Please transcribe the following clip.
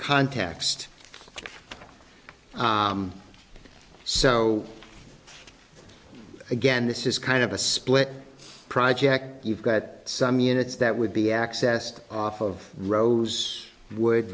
context so again this is kind of a split project you've got some units that would be accessed off of rose wo